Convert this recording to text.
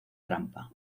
trampa